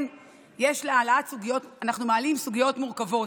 כן, אנחנו מעלים סוגיות מורכבות,